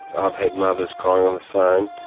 i've had mothers crying on the phone,